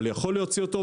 אבל יכול להוציא אותו,